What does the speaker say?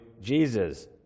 Jesus